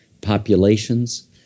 populations